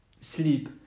sleep